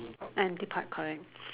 and the part correct